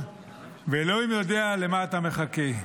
ואלוהים יודע למה אתה מחכה,